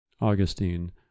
Augustine